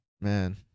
man